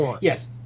Yes